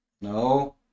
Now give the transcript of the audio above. No